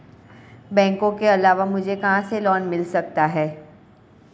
बैंकों के अलावा मुझे कहां से लोंन मिल सकता है?